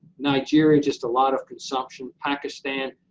nigeria, just a lot of consumption. pakistan,